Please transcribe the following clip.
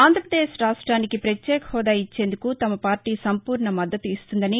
ఆంధ్రాపదేశ్ రాష్ట్రానికి పత్యేక హాదా ఇచ్చేందుకు తమ పార్టీ సంపూర్ణ మద్దతు ఇస్తుందని